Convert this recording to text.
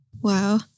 Wow